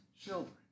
children